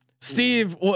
Steve